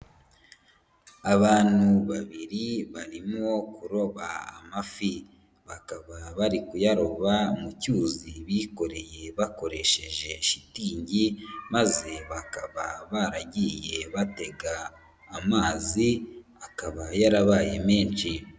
Abantu babiri barimo kuroba amafi, bakaba bari kuyaroba mu cyuzi bikoreye bakoresheje shitingi maze bakaba baragiye batega amazi akaba yarabaye menshi.